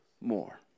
more